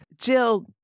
Jill